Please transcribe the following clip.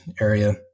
area